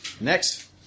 Next